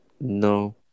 No